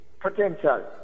potential